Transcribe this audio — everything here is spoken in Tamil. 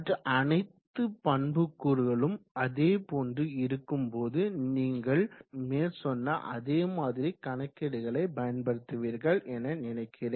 மற்ற அனைத்து பண்புக்கூறுகளும் அதே போன்று இருக்கும் போது நீங்கள் மேற்சொன்ன அதே மாதிரி கணக்கீடுகளை பயன்படுத்துவீர்கள் என நினைக்கிறேன்